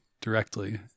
directly